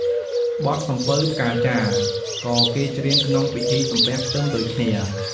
បទសំពៅផ្កាចារ ក៏គេច្រៀងក្នុងពិធីសំពះផ្ទឹមដូចគ្នា។